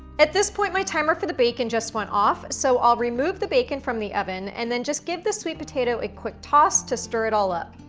at this point, my timer for the bacon just went off. so i'll remove the bacon from the oven, and then just give the sweet potato a quick toss to stir it all up.